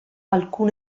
alcun